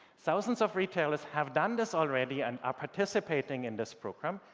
thousands of retailers have done this already, and are participating in this program.